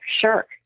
sure